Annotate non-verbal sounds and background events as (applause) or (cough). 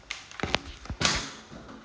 (noise)